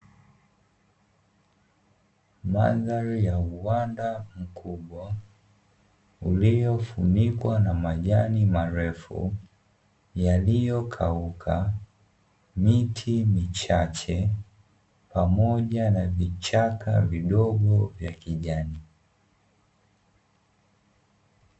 Mandhari ya uwanda mkubwa, uliofunikwa na majani marefu yaliyokauka, miti michache, pamoja na vichaka vidogo vya kijani.